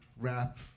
rap